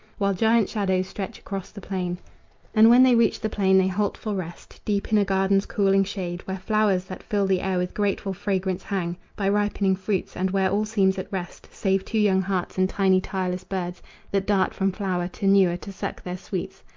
while giant shadows stretch across the plain and when they reach the plain they halt for rest deep in a garden's cooling shade, where flowers that fill the air with grateful fragrance hang by ripening fruits, and where all seems at rest save two young hearts and tiny tireless birds that dart from flower to newer to suck their sweets,